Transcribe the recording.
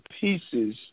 pieces